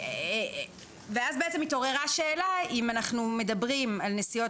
ואז התעוררה השאלה אם אנחנו מדברים על נסיעות